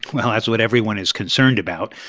well, that's what everyone is concerned about.